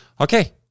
Okay